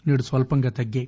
నేడు స్వల్పంగా తగ్గాయి